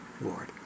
Lord